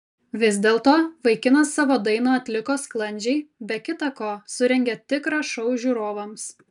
vis dėlto vaikinas savo dainą atliko sklandžiai be kita ko surengė tikrą šou žiūrovams